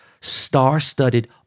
star-studded